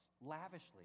lavishly